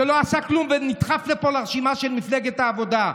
שלא עשה כלום ונדחף לפה לרשימה של מפלגת העבודה.